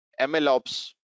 mlops